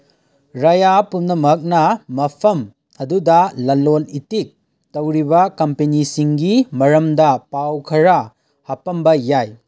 ꯔꯌꯥ ꯄꯨꯝꯅꯃꯛꯅ ꯃꯐꯝ ꯑꯗꯨꯗ ꯂꯂꯣꯟ ꯏꯇꯤꯛ ꯇꯧꯔꯤꯕ ꯀꯝꯄꯅꯤꯁꯤꯡꯒꯤ ꯃꯔꯝꯗ ꯄꯥꯎ ꯈꯔ ꯍꯥꯞꯄꯝꯕ ꯌꯥꯏ